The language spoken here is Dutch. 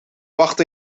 wacht